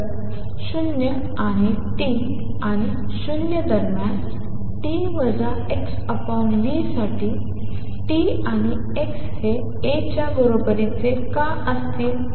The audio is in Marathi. तर 0 आणि T आणि 0 दरम्यान t x v साठी t आणि x हे A च्या बरोबरीचे का असतील